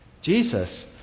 Jesus